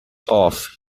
off